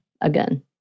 Again